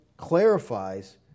clarifies